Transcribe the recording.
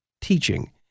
teaching